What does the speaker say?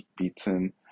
beaten